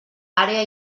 àrea